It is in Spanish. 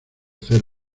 hacer